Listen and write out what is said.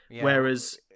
Whereas